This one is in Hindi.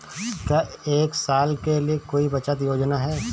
क्या एक साल के लिए कोई बचत योजना है?